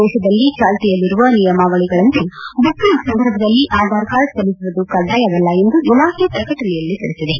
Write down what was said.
ದೇಶದಲ್ಲಿ ಚಾಲ್ತಿಯಲ್ಲಿರುವ ನಿಯಮಾವಳಿಗಳಂತೆ ಬುಕಿಂಗ್ ಸಂದರ್ಭದಲ್ಲಿ ಆಧಾರ್ ಕಾರ್ಡ್ ಸಲ್ಲಿಸುವುದು ಕಡ್ಡಾಯವಲ್ಲ ಎಂದು ಇಲಾಖೆ ಪ್ರಕಟಣೆಯಲ್ಲಿ ತಿಳಿಸಿದೆ